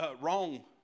wrong